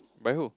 by who